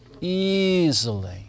easily